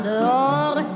dehors